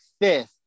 fifth